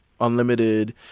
unlimited